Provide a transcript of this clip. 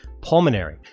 pulmonary